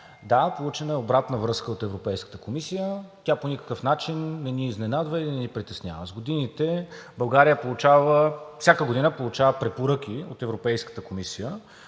Да, получена е обратна връзка от Европейската комисия и тя по никакъв начин не ни изненадва и не ни притеснява. България всяка година получава препоръки от Европейската комисия.